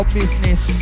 business